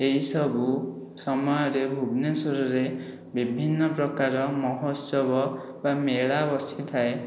ଏହି ସବୁ ସମୟରେ ଭୁବନେଶ୍ଵରରେ ବିଭିନ୍ନ ପ୍ରକାର ମହୋତ୍ସବ ବା ମେଳା ବସିଥାଏ